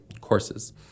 courses